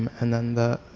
and then the